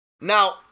Now